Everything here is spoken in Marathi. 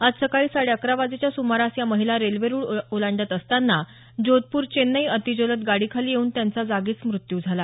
आज सकाळी साडे अकरा वाजेच्या सुमारास या महिला रेल्वे रुळ ओलांडत असताना जोधपूर चेन्नई अतिजलद गाडीखाली येऊन त्यांचा जागीच मृत्यू झाला